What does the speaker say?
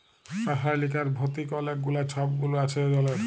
রাসায়লিক আর ভতিক অলেক গুলা ছব গুল আছে জলের